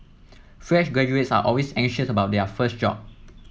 fresh graduates are always anxious about their first job